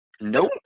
Nope